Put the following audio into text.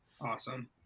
awesome